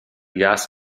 gas